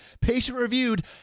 patient-reviewed